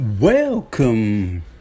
Welcome